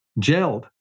gelled